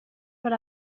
per